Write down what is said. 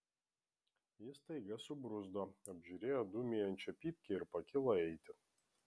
jis staiga subruzdo apžiūrėjo dūmijančią pypkę ir pakilo eiti